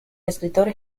escritor